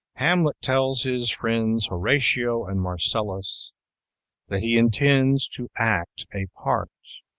hamlet tells his friends horatio and marcellus that he intends to act a part